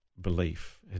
belief